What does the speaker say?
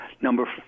Number